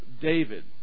David